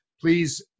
Please